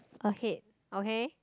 ahead okay